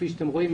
כפי שאתם רואים,